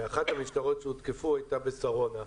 אחת המשטרות שהותקפו הייתה בשרונה,